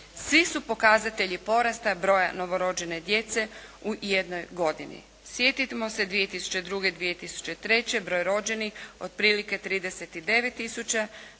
Svi su pokazatelji porasta broja novorođene djece u jednoj godini. Sjetimo se 2002., 2003. broj rođenih otprilike 39